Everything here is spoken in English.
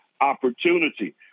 opportunity